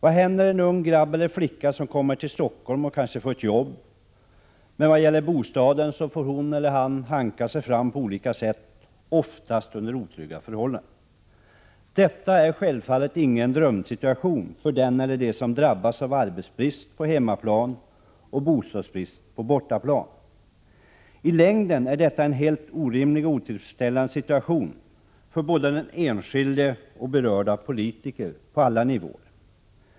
En ung grabb eller flicka som kommer till Stockholm får kanske ett jobb, men när det gäller bostad får hon eller han hanka sig fram på olika sätt, oftast under otrygga förhållanden. Detta är självfallet ingen drömsituation för den eller dem som drabbas av arbetsbrist på hemmaplan och bostadsbrist på bortaplan. I längden är detta en helt orimlig och otillfredsställande situation, för både den enskilda och berörda politiker på alla nivåer.